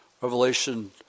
Revelation